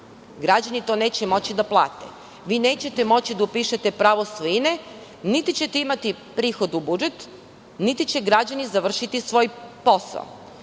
građani to neće moći da plate, vi nećete moći da upišete pravo svojine, niti ćete imati prihod u budžet, niti će građani završiti svoj posao. Dakle,